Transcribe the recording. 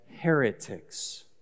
heretics